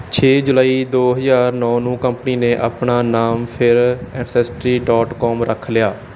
ਛੇ ਜੁਲਾਈ ਦੋ ਹਜ਼ਾਰ ਨੌਂ ਨੂੰ ਕੰਪਨੀ ਨੇ ਆਪਣਾ ਨਾਮ ਫਿਰ ਅਸੈਸਟਰੀ ਡੋਟ ਕੋਮ ਰੱਖ ਲਿਆ